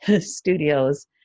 studios